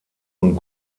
und